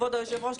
כבוד יושב הראש,